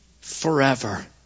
forever